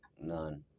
None